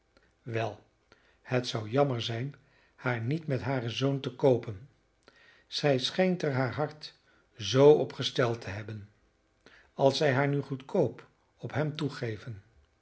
wel het zou jammer zijn haar niet met haren zoon te koopen zij schijnt er haar hart zoo op gesteld te hebben als zij haar nu goedkoop op hem toegeven